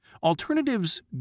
Alternatives